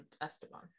Esteban